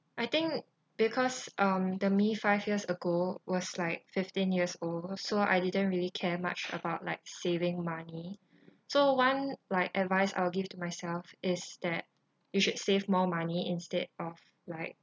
I think because um the me five years ago was like fifteen years old so I didn't really care much about like saving money so one like advice I'll give to myself is that you should save more money instead of like